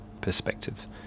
perspective